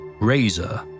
Razor